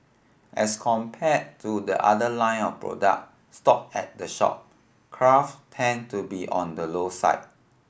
as compared to the other line of product stocked at the shop craft tend to be on the low side